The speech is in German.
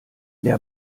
der